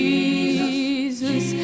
Jesus